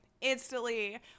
instantly